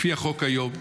לפי החוק היום,